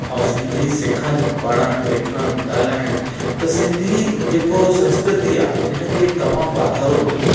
ऐं सिंधी सिखण पढ़ण लिखण ॻाल्हाइण त सिंधी जेके संस्कृति आहे इनखे तमामु वाधारो मिले